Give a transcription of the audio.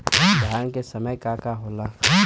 धान के समय का का होला?